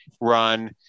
run